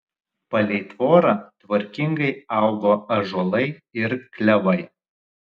palei tvorą tvarkingai augo ąžuolai ir klevai